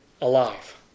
alive